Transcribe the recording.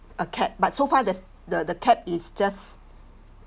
a cap but so far there's the the cap is just